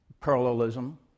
parallelism